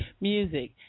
music